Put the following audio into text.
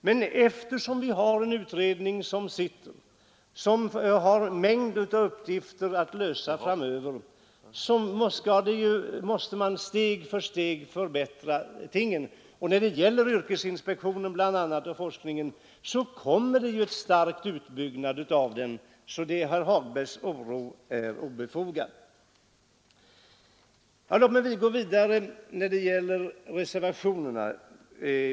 Men det sitter ju en utredning som har en mängd av uppgifter att lösa framöver, och man måste förbättra tingen steg för steg. När det gäller bl.a. yrkesinspektionen och forskningen blir det en stark utbyggnad, så herr Hagbergs oro är obefogad. Låt mig gå vidare bland reservationerna!